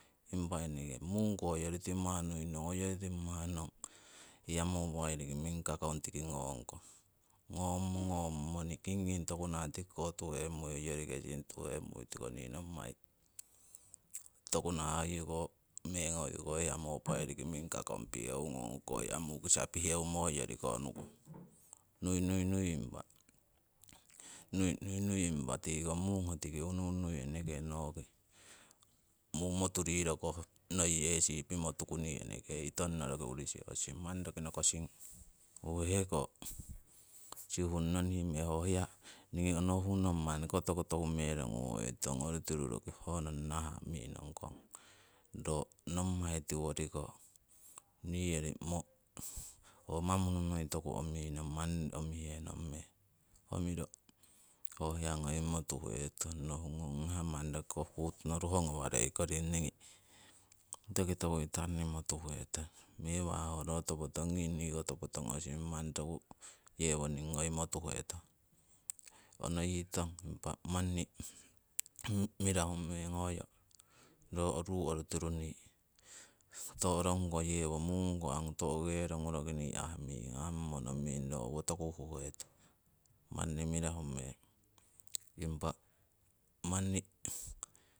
Impa eneke mungo ko hoyori timah, hoyori timah nong hiya mobile ki mingkakong ngongkong. Ngommo, ngommo mani tokunah kingking tokunah tikiko tuhemui ongori kesing tuhemui tiko nii nommai, tokunah hoyoko meng hoyoko hiya mobile ki ming kakong piheungong hoko hiya mukumah piheumo hoyoriko nukong. Nui nui nui impa nui nui nui impa tiiko mungo tiki unu unui eneke noki muu motu riro koh noi yesii pimotuku nii eneke itonno roki uri sihosing, manni nokosing owo heko sihunno me ho hiya niingi onohuh nong manni koto ko toku mero ngowoitong, oru tiru roki hoko nong nahah mi'nongkong ro nommai tiwori ko niyori ho manunu toku ominong manni omihenong meng, omiro ho hiya ngoimo tuhetong, nohungong hiya putono ruho manni ngawarei koring niingi roki toku itanimo tuhetong mewa ho ro topo tongin niko topo tongosing manni toku yewoning ngoimo tuhetong. Onohitong impa manni mirahu meng hoyo ruu oru tiru nii torongu ko yewo, mungo ko ro angu to'kerongu ahmimo noming ro owo toku huhetong, manni mirahu meng impa manni